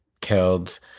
killed